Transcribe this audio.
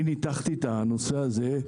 אני